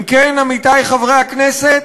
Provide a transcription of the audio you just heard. אם כן, עמיתי חברי הכנסת,